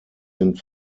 sind